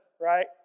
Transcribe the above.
right